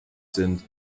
sind